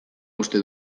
uste